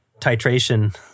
titration